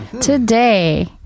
Today